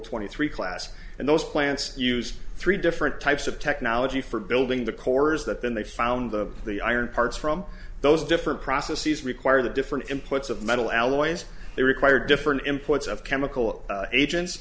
twenty three class and those plants used three different types of technology for building the cores that then they found the the iron parts from those different processes require the different inputs of metal alloys they require different imports of chemical agents